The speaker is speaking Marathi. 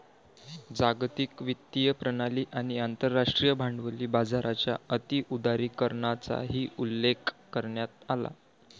जागतिक वित्तीय प्रणाली आणि आंतरराष्ट्रीय भांडवली बाजाराच्या अति उदारीकरणाचाही उल्लेख करण्यात आला